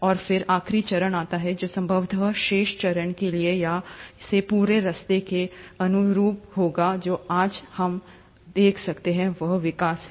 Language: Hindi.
और फिर आखिरी चरण आता है जो संभवत शेष चरण के लिए यहां से पूरे रास्ते के अनुरूप होगा जो आज तक हम देखते हैं वह विकास है